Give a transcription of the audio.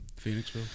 Phoenixville